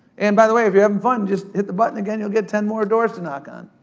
and, by the way, if you're havin' fun, just hit the button again, you'll get ten more doors to knock on.